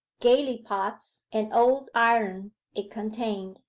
gallipots, and old iron it contained.